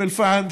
אום אל-פחם,